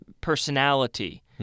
personality